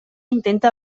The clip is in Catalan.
intenta